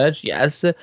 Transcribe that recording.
Yes